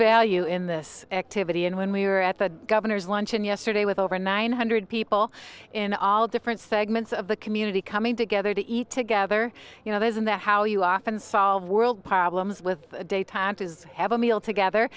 value in this activity and when we were at the governor's luncheon yesterday with over nine hundred people in all different segments of the community coming together to eat together you know there isn't the how you often solve world problems with detente is have a meal together